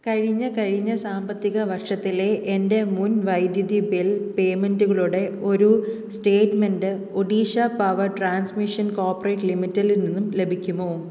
കഴിഞ്ഞ കഴിഞ്ഞ സാമ്പത്തിക വർഷത്തിലെ എൻ്റെ മുൻ വൈദ്യുതി ബിൽ പേയ്മെൻ്റുകളുടെ ഒരു statement Odisha power transmission corporate ലിമിറ്റഡിൽ നിന്നും ലഭിക്കുമോ